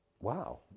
wow